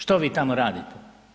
Što vi tamo radite?